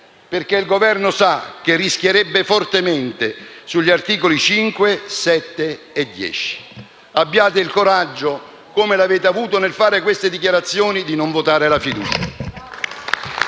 perché il Governo sa che rischierebbe fortemente sugli articoli, 5, 7 e 10. Abbiate il coraggio, come lo avete avuto nel fare queste dichiarazioni, di non votare la fiducia.